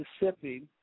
Mississippi